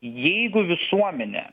jeigu visuomenė